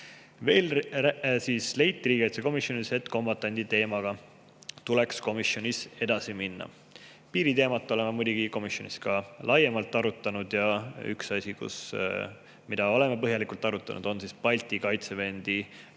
Veel leiti riigikaitsekomisjonis, et kombatandi teemaga tuleks komisjonis edasi minna. Piiriteemat oleme muidugi komisjonis ka laiemalt arutanud. Üks asi, mida oleme põhjalikult arutanud, on Balti kaitsevööndi loomine,